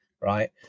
right